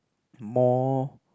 more